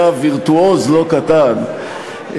היה וירטואוז לא קטן,